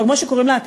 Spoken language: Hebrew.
או כמו שקוראים לה,